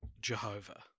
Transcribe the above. Jehovah